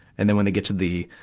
and then when they get to the,